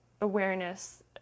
awareness